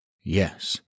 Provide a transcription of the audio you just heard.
Yes